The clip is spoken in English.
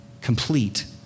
complete